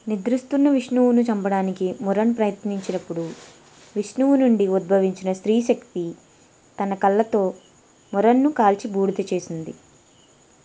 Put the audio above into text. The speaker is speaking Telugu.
నిద్రిస్తున్న విష్ణువును చంపడానికి మురన్ ప్రయత్నించినప్పుడు విష్ణువు నుండి ఉద్భవించిన స్త్రీ శక్తి తన కళ్ళతో మురన్ను కాల్చి బూడిద చేసింది